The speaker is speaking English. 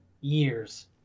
years